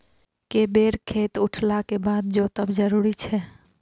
के बेर खेत उठला के बाद जोतब जरूरी छै?